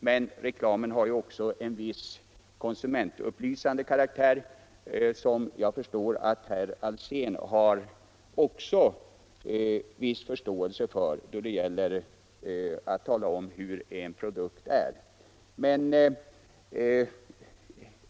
Men reklamen har också en viss konsumentupplysande karaktär, som jag förstår att herr Alsén också har viss förståelse för, då det gäller att tala om hur en produkt är.